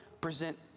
present